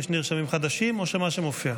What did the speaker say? יש נרשמים חדשים או מה שמופיע?